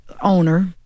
owner